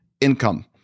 income